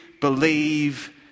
believe